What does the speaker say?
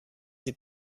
die